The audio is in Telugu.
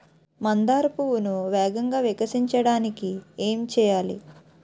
మందార పువ్వును వేగంగా వికసించడానికి ఏం చేయాలి?